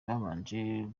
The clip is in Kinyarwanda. babanje